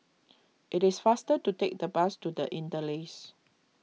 it is faster to take the bus to the Interlace